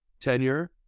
tenure